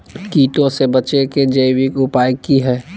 कीटों से बचे के जैविक उपाय की हैय?